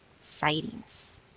sightings